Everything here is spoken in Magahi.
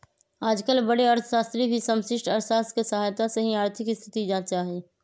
आजकल बडे अर्थशास्त्री भी समष्टि अर्थशास्त्र के सहायता से ही आर्थिक स्थिति जांचा हई